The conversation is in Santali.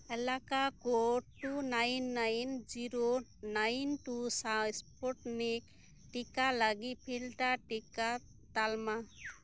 ᱮᱞᱟᱠᱟ code two nine nine zero nine two ᱥᱟᱶ ᱥᱯᱩᱴᱱᱤᱠ ᱴᱤᱠᱟ ᱞᱟᱜᱤᱫ ᱯᱷᱤᱞᱴᱟᱨ ᱴᱤᱠᱟ ᱛᱟᱞᱢᱟ